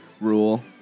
rule